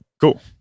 Cool